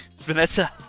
Vanessa